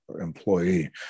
employee